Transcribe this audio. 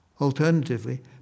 Alternatively